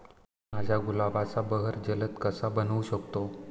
मी माझ्या गुलाबाचा बहर जलद कसा बनवू शकतो?